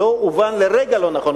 שלא אובן לרגע לא נכון,